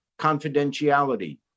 confidentiality